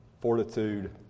fortitude